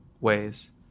ways